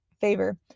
favor